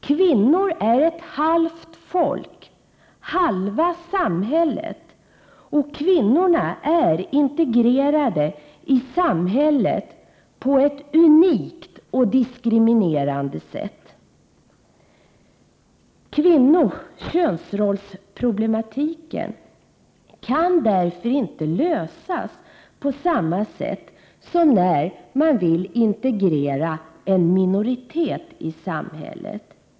Kvinnor är ett halvt folk, halva samhället, och kvinnorna är integrerade i samhället på ett unikt och diskriminerande sätt. Kvinno/könsrollsproblematiken kan därför inte lösas på samma sätt som man löser problemen när man vill integrera en minoritet i samhället.